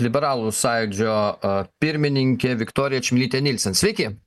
liberalų sąjūdžio pirmininkė viktorija čmilytė nylsen sveiki